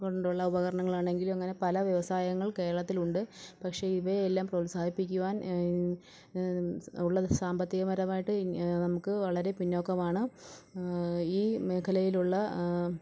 കൊണ്ടുള്ള ഉപകരണങ്ങളാണെങ്കിലും അങ്ങനെ പല വ്യവസായങ്ങൾ കേരളത്തിലുണ്ട് പക്ഷെ ഇവയെല്ലാം പ്രോത്സാഹിപ്പിക്കുവാൻ ഉള്ളത് സാമ്പത്തികപരമായിട്ട് നമുക്ക് വളരെ പിന്നോക്കമാണ് ഈ മേഖലയിലുള്ള